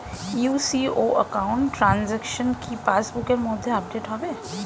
UCO account transaction কি পাস বুকের মধ্যে আপডেট হবে?